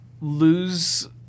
lose